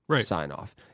sign-off